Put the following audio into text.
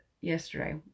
yesterday